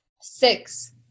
six